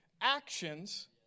actions